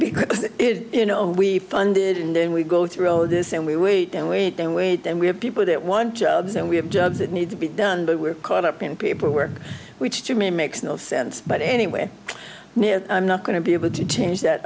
because you know we funded and then we go through all this and we wait and wait and wait and we have people that want jobs and we have jobs that need to be done but we're caught up in paperwork which to me makes no sense but anywhere near i'm not going to be able to change that